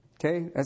Okay